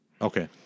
Okay